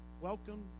welcome